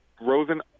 Rosen